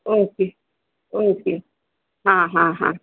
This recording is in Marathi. ओके ओके हां हां हां